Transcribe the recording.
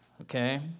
Okay